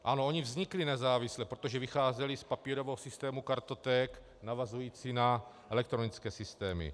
Ano, vznikly nezávisle, protože vycházely z papírového systému kartoték navazující (?) na elektronické systémy.